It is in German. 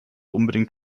unbedingt